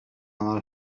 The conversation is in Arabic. على